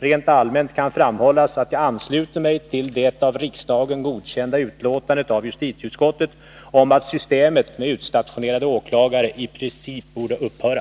Rent allmänt kan framhållas att jag ansluter mig till det av riksdagen godkända utlåtandet av justitieutskottet om att systemet med utstationerade åklagare i princip borde upphöra.